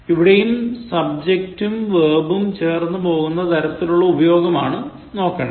ഇവിടെയും സബ്ജെക്റ്റും വെർബും ചേർന്നുപോകുന്ന തരത്തിലുള്ള ഉപയോഗമാണ് നോക്കേണ്ടത്